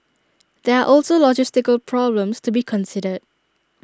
there are also logistical problems to be considered